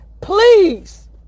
Please